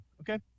okay